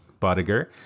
bodiger